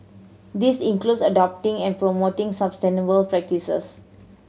this includes adopting and promoting sustainable practices